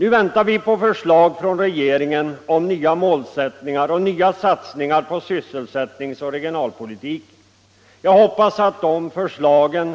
Nu väntar vi på förslag från regeringen om nya målsättningar och nya satsningar på sysselsättnings och regionalpolitiken. Jag hoppas att det förslaget